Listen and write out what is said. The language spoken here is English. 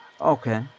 Okay